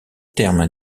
terme